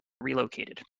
relocated